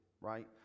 right